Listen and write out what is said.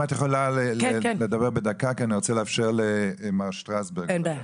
אם את יכולה לדבר בדקה כי אני רוצה לאפשר למר שטרסברג גם.